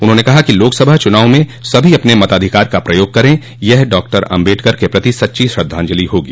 उन्होंने कहा कि लोकसभा चुनाव में सभी अपने मताधिकार का प्रयोग करें यह डॉक्टर आम्बेडकर के प्रति सच्ची श्रद्धांजलि होगी